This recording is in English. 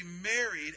married